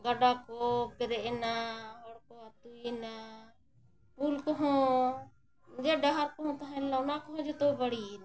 ᱜᱟᱰᱟ ᱠᱚ ᱯᱮᱨᱮᱡ ᱮᱱᱟ ᱦᱚᱲ ᱠᱚ ᱟᱹᱛᱩᱭᱱᱟ ᱯᱩᱞ ᱠᱚᱦᱚᱸ ᱡᱮ ᱰᱟᱦᱟᱨ ᱠᱚᱦᱚᱸ ᱛᱟᱦᱮᱸ ᱞᱮᱱᱟ ᱚᱱᱟ ᱠᱚᱦᱚᱸ ᱡᱚᱛᱚ ᱵᱟᱹᱲᱤᱡ ᱮᱱᱟ